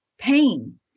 pain